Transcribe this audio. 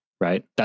right